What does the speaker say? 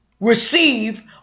receive